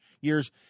years